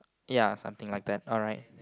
ya something like that alright